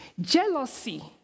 jealousy